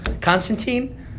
Constantine